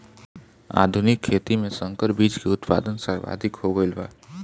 आधुनिक खेती में संकर बीज के उत्पादन सर्वाधिक हो गईल बा